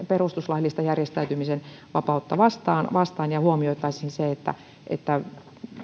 perustuslaillista järjestäytymisen vapautta vastaan vastaan ja huomioitaisiin se että että